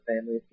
family